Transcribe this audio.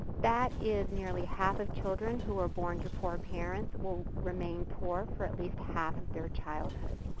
that is nearly half of children who are born to poor parents will remain poor for at least half of their childhood.